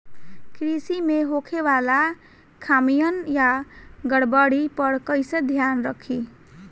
कृषि में होखे वाला खामियन या गड़बड़ी पर कइसे ध्यान रखि?